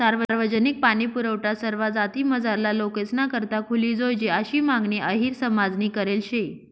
सार्वजनिक पाणीपुरवठा सरवा जातीमझारला लोकेसना करता खुली जोयजे आशी मागणी अहिर समाजनी करेल शे